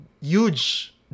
huge